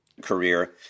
career